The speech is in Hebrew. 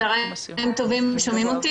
צוהריים טובים.